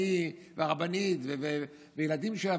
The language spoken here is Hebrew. אני והרבנית והילדים שלי,